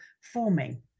forming